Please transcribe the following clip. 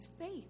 faith